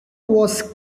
was